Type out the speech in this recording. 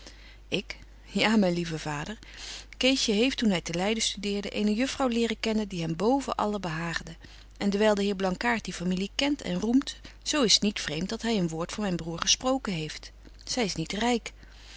ik ja myn lieve vader ceesje heeft toen hy te leiden studeerde eene juffrouw leren kennen die hem boven alle behaagde en dewyl de heer blankaart die familie kent en roemt zo is t niet vreemt dat hy een woord voor myn broêr gesproken heeft zy is niet ryk